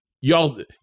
Y'all